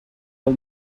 ele